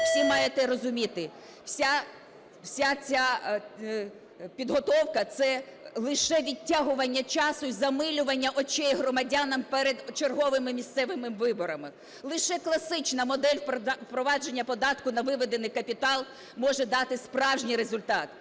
всі маєте розуміти, вся ця підготовка – це лише відтягування часу і замилювання очей громадянам перед черговими місцевими виборами. Лише класична модель впровадження податку на виведений капітал може дати справжній результат.